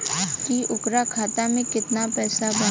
की ओकरा खाता मे कितना पैसा बा?